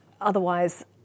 otherwise